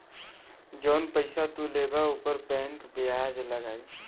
जौन पइसा तू लेबा ऊपर बैंक बियाज लगाई